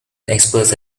experts